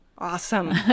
Awesome